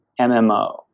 MMO